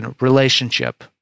relationship